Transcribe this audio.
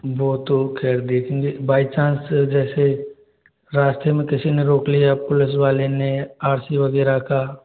वो तो खैर देखेंगे बाय चान्स से जैसे रास्ते में किसी ने रोक लिया पुलिस वाले ने आर सी वगैरह का